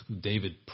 David